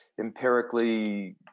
empirically